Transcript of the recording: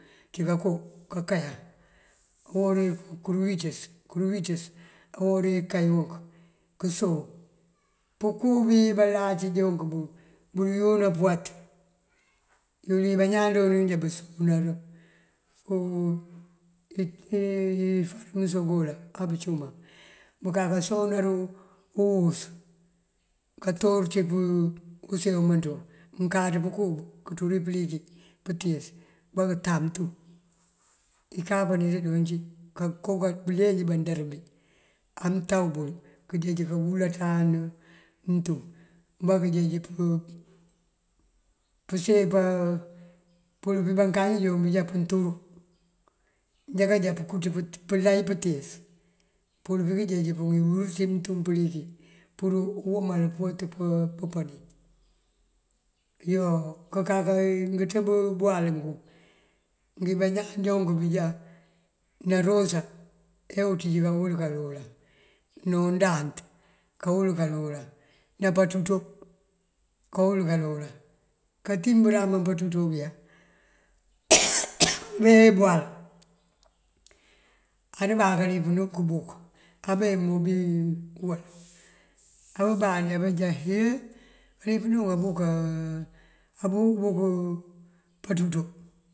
Njí ţí bëwínjí ţí untab ţí kay mom ngëlíp ngí: uguk. Uguk, upën ţí uguk uyá ţí ngëmpí. Ngëmpí, upën ţí ngëmpí uyá ţí ngëyët waw ţí uwínjí. Kënţëp kayá bëreŋ ngonko nganlíp ngí dul manjúundëna ţí untúmp, këpën kayá dí ujeekú, këpën kayá dí uncaŋ, këpën kayá dí untúpa, këpën kayá dí umpil ngëmënţ ngun ngonko líp mak, kayá dí ufúkú ngëmënţ ngun líp mak ţí bëreŋ waw. par egësampël ţí untab ţí ubus umënţun ulípal wël, bababú bukajá bënáţa bëfá bakáaţ bëpuriríţ kayá kënëm, bëpurir bupicërul kankarta kanţú dí kapaña umaŋ kayá kënëm. ţí uband ţí upiban kankarta najule kanteen nupënan koowí cíwí kawáatanul. Na kanpën ţun nuyá ţun, ukaka pën ţun nuyá ubutik duloŋ kak naloŋ kapënan kankarëta canteen. Yunkaa umbe kënëm nuwíţadan, ubus kawíţadan kënëm tee dí untab.